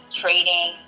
trading